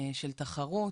של תחרות.